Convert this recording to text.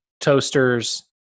Toasters